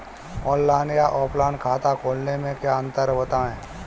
Online या offline खाता खोलने में क्या अंतर है बताएँ?